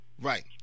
Right